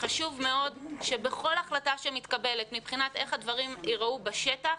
חשוב מאוד שבכל החלטה שמתקבלת מבחינת איך הדברים ייראו בשטח,